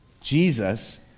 Jesus